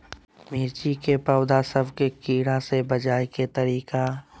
मिर्ची के पौधा सब के कीड़ा से बचाय के तरीका?